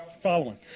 following